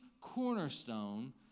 cornerstone